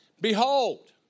Behold